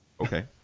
okay